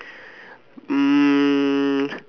um